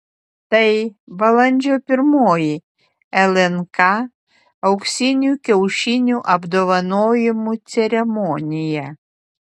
tai balandžio pirmoji lnk auksinių kiaušinių apdovanojimų ceremonija